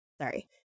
sorry